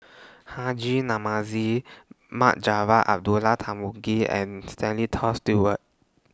Haji Namazie Mohd Javad Abdullah Tarmugi and Stanley Toft Stewart